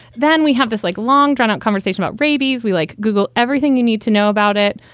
then we have this like long, drawn out conversation about rabies. we like google, everything you need to know about it.